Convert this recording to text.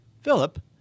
Philip